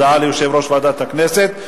הודעה ליושב-ראש ועדת הכנסת,